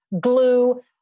glue